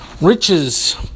Riches